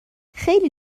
خیلی